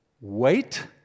Wait